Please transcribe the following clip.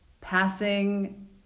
passing